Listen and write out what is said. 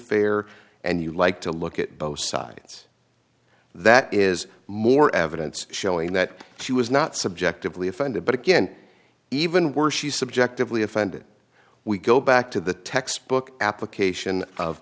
fair and you like to look at both sides that is more evidence showing that she was not subjectively offended but again even worse she subjectively offended we go back to the textbook application of